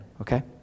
okay